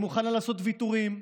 היא מוכנה לעשות ויתורים.